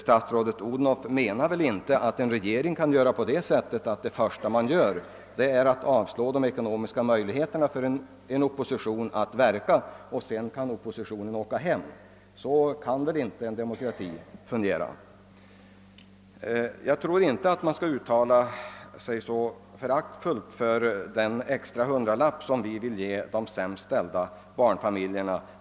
Statsrådet Odhnoff menar väl inte att en regering kan göra på det sättet, att det första den gör är att undanröja de ekonomiska möjligheterna för en opposition att verka, och att oppositionen sedan kan åka hem? Så kan inte en demokrati fungera. Jag tror inte att man bör uttala sig så föraktfullt om den extra hundralapp som vi vill ge de sämst ställda barnfamiljerna.